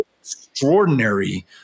extraordinary